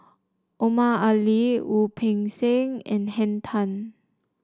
Omar Ali Wu Peng Seng and Henn Tan